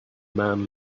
man